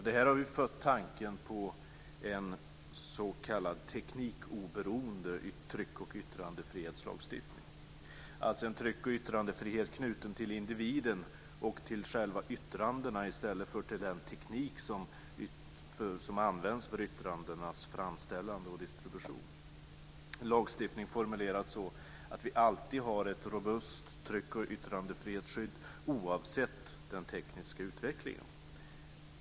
Det här har fött tanken på en s.k. teknikoberoende tryck och yttrandefrihetslagstiftning, alltså en tryck och yttrandefrihet knuten till individen och till själva yttrandena i stället för till den teknik som används för yttrandenas framställande och distribution. Detta skulle vara en lagstiftning formulerad så att vi alltid har ett robust tryck och yttrandefrihetsskydd oavsett den tekniska utvecklingen.